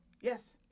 Yes